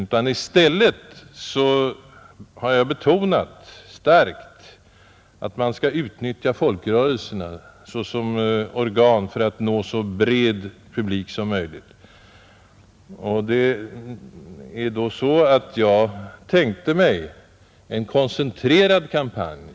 Jag har i stället starkt betonat att man skall utnyttja folkrörelserna som organ för att nå så bred publik som möjligt. Jag tänkte mig härvidlag en koncentrerad kampanj.